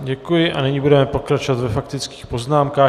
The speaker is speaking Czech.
Děkuji a nyní budeme pokračovat ve faktických poznámkách.